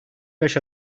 beş